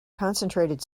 concentrated